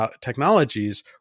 technologies